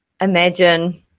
imagine